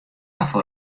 tafel